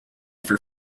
for